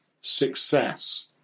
success